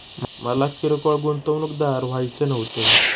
मला किरकोळ गुंतवणूकदार व्हायचे नव्हते